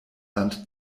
land